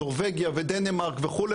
נורבגיה ודנמרק וכו',